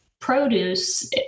produce